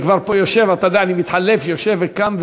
אני כבר פה יושב, אתה יודע, אני מתחלף, יושב וקם,